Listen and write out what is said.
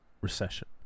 recession